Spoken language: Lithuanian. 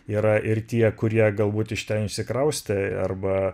yra ir tie kurie galbūt iš ten išsikraustė arba